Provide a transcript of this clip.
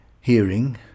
hearing